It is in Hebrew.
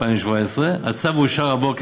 בדצמבר 2017. הצו אושר הבוקר,